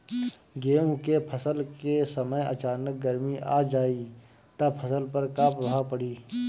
गेहुँ के फसल के समय अचानक गर्मी आ जाई त फसल पर का प्रभाव पड़ी?